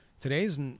Today's